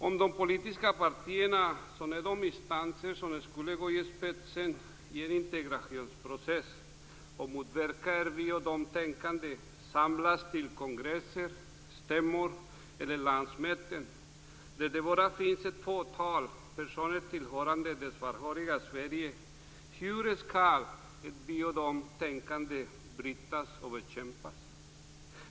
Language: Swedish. Om de politiska partierna, som är de instanser som skulle gå i spetsen för integrationsprocessen och motverka ett vi-och-de-tänkande, samlas till kongresser, stämmor eller landsmöten, där det bara finns ett fåtal personer tillhörande det svarthåriga Sverige, hur skall ett vi-och-de-tänkande då brytas och bekämpas?